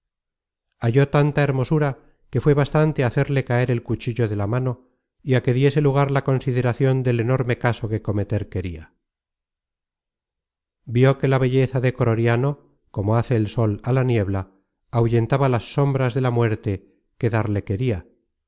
halló tanta hermosura que fué bastante á hacerle caer el cuchillo de la mano y á que diese lugar la consideracion del enorme caso que cometer queria vió que la belleza de croriano como hace el sol á la niebla ahuyentaba las sombras de la muerte que darle queria